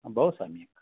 बहु सम्यक्